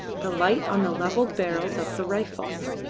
the light on the levelled barrels of the rifles.